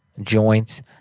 joints